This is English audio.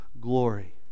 glory